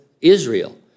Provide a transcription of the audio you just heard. Israel